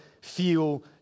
feel